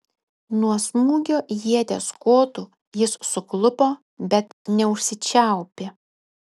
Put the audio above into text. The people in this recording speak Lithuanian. nuo smūgio ieties kotu jis suklupo bet neužsičiaupė